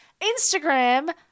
Instagram